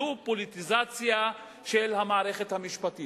זו פוליטיזציה של המערכת המשפטית.